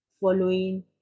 following